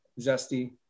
zesty